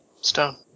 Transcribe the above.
Stone